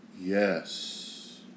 Yes